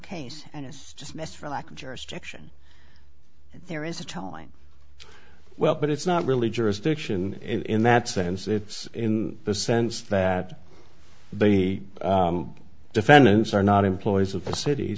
case and it's just a mess for lack of jurisdiction there is a telling well but it's not really jurisdiction in that sense it's in the sense that the defendants are not employees of the city